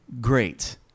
great